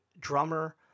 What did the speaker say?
drummer